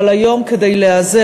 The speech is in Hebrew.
אבל היום כדי להיעזר,